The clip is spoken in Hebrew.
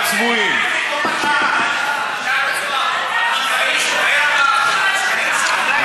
מופע צביעות ושקרים שכולם מבינים היטב,